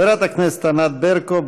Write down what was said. חברת הכנסת ענת ברקו,